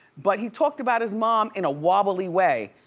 but he talked about his mom in a wobbly way,